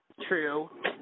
true